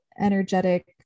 energetic